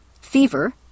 fever